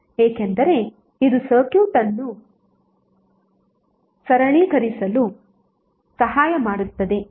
ಏಕೆಂದರೆ ಇದು ಸರ್ಕ್ಯೂಟ್ ಅನ್ನು ಸರಳೀಕರಿಸಲು ಸಹಾಯ ಮಾಡುತ್ತದೆ